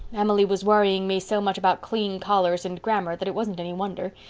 emily was worrying me so much about clean collars and grammar that it wasn't any wonder.